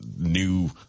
new